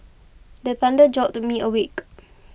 the thunder jolt me awake